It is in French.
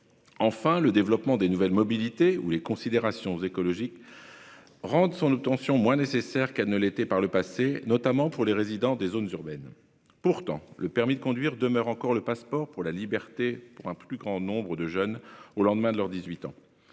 Enfin, le développement des nouvelles mobilités ou les considérations écologiques rendent son obtention moins nécessaire qu'elle ne l'était par le passé, notamment pour les résidents des zones urbaines. Pourtant, le permis de conduire demeure le passeport vers la liberté pour un grand nombre de jeunes au lendemain de leurs 18 ans.